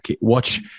watch